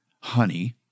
honey